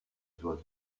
oiseaux